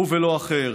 הוא ולא אחר.